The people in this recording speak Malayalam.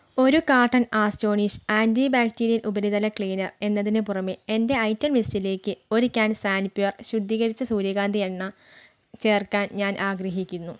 ഒരു കാർട്ടൺ ആസ്റ്റോണിഷ് ആൻറി ബാക്ടീരിയൽ ഉപരിതല ക്ലീനർ എന്നതിന് പുറമേ എന്റെ ഐറ്റം ലിസ്റ്റിലേക്ക് ഒരു കാൻ സാൻപ്യുർ ശുദ്ധീകരിച്ച സൂര്യകാന്തി എണ്ണ ചേർക്കാൻ ഞാൻ ആഗ്രഹിക്കുന്നു